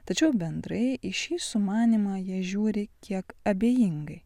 tačiau bendrai į šį sumanymą jie žiūri kiek abejingai